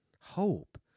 hope